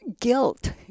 guilt